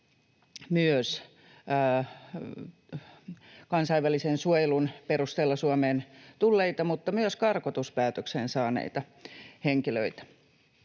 myös kansainvälisen suojelun perusteella Suomeen tulleita ja myös karkotuspäätöksen saaneita henkilöitä.